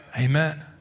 Amen